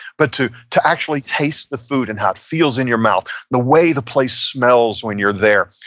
but to to actually taste the food and how it feels in your mouth. the way the place smells when you're there.